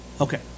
Okay